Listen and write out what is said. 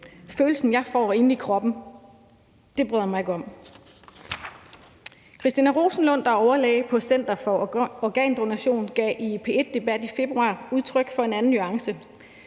følelsen, jeg får inde i kroppen. Det bryder jeg mig ikke om. Christina Rosenlund, der er overlæge og ekspert på Dansk Center for Organdonation, gav i P1 Debat i februar udtryk for en anden nuance,